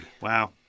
Wow